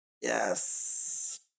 Yes